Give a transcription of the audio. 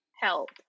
help